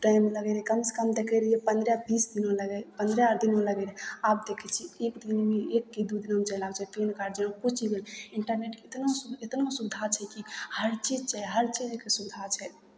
time लगैत रहय कमसँ कम देखै रहियै पन्द्रह बीस दिन लगैत पन्द्रह आर दिन लगै रहय आब देखै छियै दिनमे एक कि दू दिनमे ओ चलि आबै छै पैन कार्ड जेना किछु भी इंटरनेटके इतना इतना सुविधा छै कि हर चीज छै हर चीजके सुविधा छै